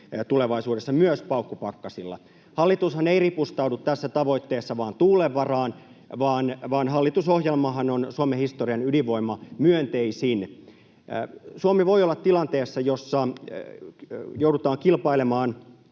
tulevaisuudessa myös paukkupakkasilla. Hallitushan ei ripustaudu tässä tavoitteessa vain tuulen varaan, vaan hallitusohjelmahan on Suomen historian ydinvoimamyönteisin. Suomi voi olla tilanteessa, jossa joudutaan kilpailemaan